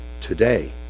today